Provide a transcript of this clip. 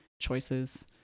choices